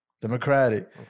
Democratic